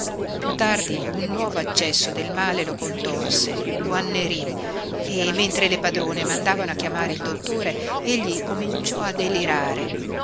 piú tardi un nuovo accesso del male lo contorse lo annerí e mentre le padrone mandavano a chiamare il dottore egli cominciò a delirare